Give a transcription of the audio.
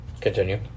continue